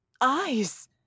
eyes